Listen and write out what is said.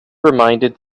reminded